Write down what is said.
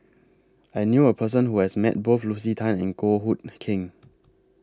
I knew A Person Who has Met Both Lucy Tan and Goh Hood Keng